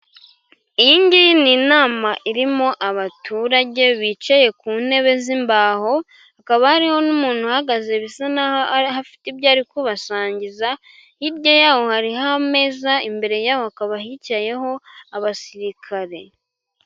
Iyingiyi ni inama irimo abaturage bicaye ku ntebe z'imbaho, hakaba hariho n'umuntu uhagaze bisa naho ariho afite ibyo ari kubasangiza, hirya yaho hariho ameza, imbere yabo hakaba hicaye abasirikare.